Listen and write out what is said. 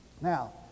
Now